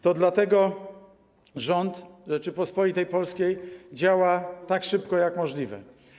To dlatego rząd Rzeczypospolitej Polskiej działa tak szybko, jak to możliwe.